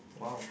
!wow!